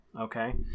Okay